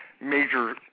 major